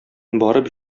барып